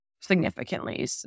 significantly